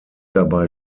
dabei